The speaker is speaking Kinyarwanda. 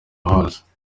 hose